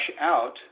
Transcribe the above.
out